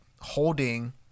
holding